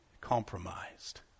compromised